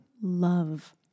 love